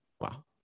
wow